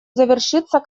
завершиться